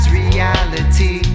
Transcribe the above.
reality